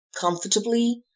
comfortably